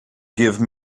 give